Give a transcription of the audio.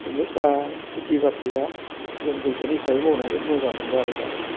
बेनो दा खेथि बाथिया जों बिग्यानिक हिसाबै मावनानै मोजां मोनदों आरो दामानि